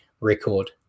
record